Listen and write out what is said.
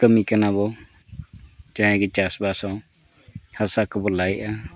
ᱠᱟᱹᱢᱤ ᱠᱟᱱᱟ ᱵᱚᱱ ᱡᱟᱦᱟᱸᱭ ᱜᱮ ᱪᱟᱥᱵᱟᱥ ᱦᱚᱸ ᱦᱟᱥᱟ ᱠᱚᱵᱚ ᱞᱟᱭᱮᱫᱼᱟ